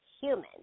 human